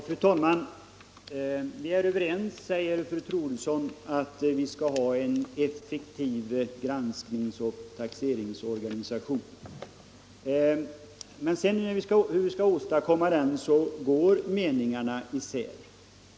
Fru talman! Vi är överens, säger fru Troedsson, om att vi skall ha en effektiv granskningsoch taxeringsorganisation. Men när det gäller hur vi skall åstadkomma denna organisation går meningarna isär.